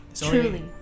Truly